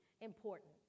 important